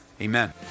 Amen